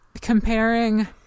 comparing